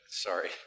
Sorry